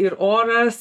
ir oras